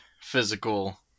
physical